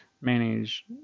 manage